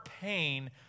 pain